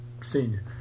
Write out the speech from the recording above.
senior